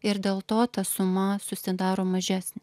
ir dėl to ta suma susidaro mažesnė